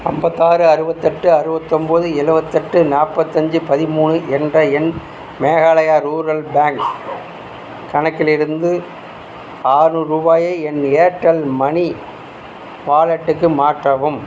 ஐம்பத்தாறு அறுபத்தெட்டு அறுபத்தோம்பது எழுபத்தெட்டு நாற்பதஞ்சி பதிமூணு என்ற என் மேகாலயா ரூரல் பேங்க் கணக்கிலிருந்து ஆறு நூறு ரூபாயை என் ஏர்டெல் மனி வாலெட்டுக்கு மாற்றவும்